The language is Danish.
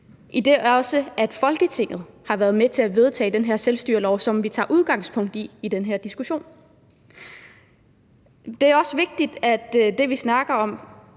meget vigtig, fordi Folketinget også har været med til at vedtage den her selvstyrelov, som vi tager udgangspunkt i i den her diskussion. Det, vi snakker om,